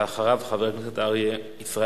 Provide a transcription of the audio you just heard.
ואחריו, חבר הכנסת ישראל אייכלר.